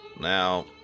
Now